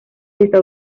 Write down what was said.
está